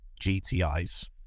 GTIs